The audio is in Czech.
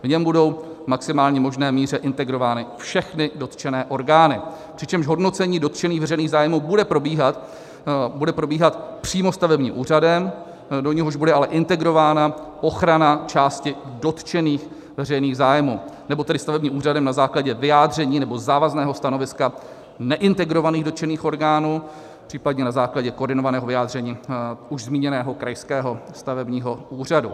V něm budou v maximálně možné míře integrovány všechny dotčené orgány, přičemž hodnocení dotčených veřejných zájmů bude probíhat přímo stavebním úřadem, do něhož bude ale integrována ochrana částí dotčených veřejných zájmů nebo tedy stavebním úřadem na základě vyjádření nebo závazného stanoviska neintegrovaných dotčených orgánů, případně na základě koordinovaného vyjádření už zmíněného krajského stavebního úřadu.